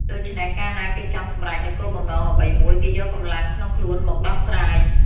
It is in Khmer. ដូច្នេះ កាលណាគេចង់សម្រេចនូវគោលបំណងអ្វីមួយ គេយកកម្លាំងក្នុងខ្លួនមកដោះស្រាយ ។